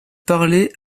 parler